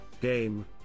game